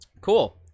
cool